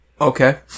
Okay